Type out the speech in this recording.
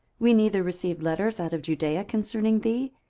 we neither received letters out of judaea concerning thee,